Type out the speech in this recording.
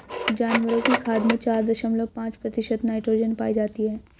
जानवरों की खाद में चार दशमलव पांच प्रतिशत नाइट्रोजन पाई जाती है